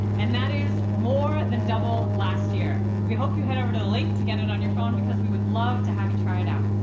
and that is more than double last year. we hope you head over to the link to get it on your phone, because we would love to have you try it out.